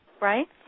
right